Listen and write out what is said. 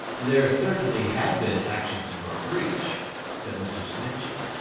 there certainly have been actions for breach said mr. snitchey,